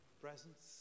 presence